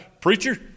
Preacher